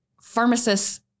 pharmacists